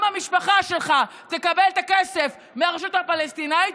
גם המשפחה שלך תקבל את הכסף מהרשות הפלסטינית